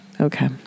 Okay